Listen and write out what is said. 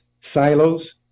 silos